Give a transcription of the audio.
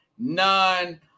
None